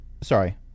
sorry